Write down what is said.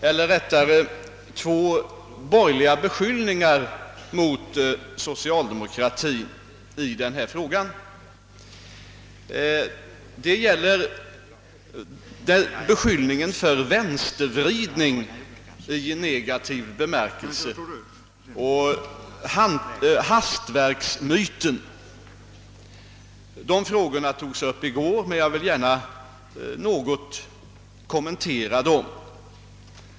till att ta upp två borgerliga beskyllningar mot socialdemokratin, nämligen vänstervridningen — i negativ bemärkelse — och hastverksmyten. De frågorna togs upp i går, men jag vill nu gärna kommentera dem något ytterligare.